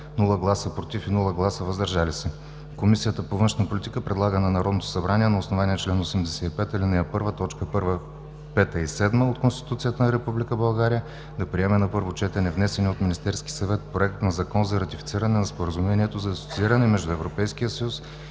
без гласове „против" и „въздържали се", Комисията по външна политика предлага на Народното събрание, на основание чл. 85, ал. 1, т. 1, 5 и 7 от Конституцията на Република България, да приеме на първо четене внесения от Министерския съвет Проект на Закон за ратифициране на Споразумението за асоцииране между Европейския съюз